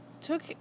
took